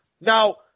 Now